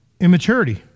Immaturity